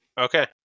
Okay